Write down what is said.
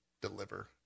deliver